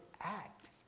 act